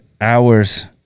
hours